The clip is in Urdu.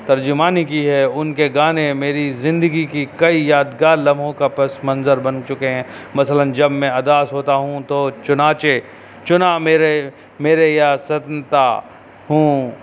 ترجمانی کی ہے ان کے گانے میری زندگی کی کئی یادگار لمحوں کا پس منظر بن چکے ہیں مثلاً جب میں اداس ہوتا ہوں تو چناچہ چنا میرے میرے یا سنتا ہوں